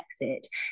exit